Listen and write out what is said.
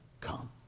come